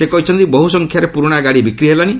ସେ କହିଛନ୍ତି ବହୁ ସଂଖ୍ୟାରେ ପୁରୁଣା ଗାଡ଼ି ବିକ୍ରି ହେଲାଣି